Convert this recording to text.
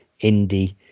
indie